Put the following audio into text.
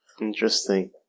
interesting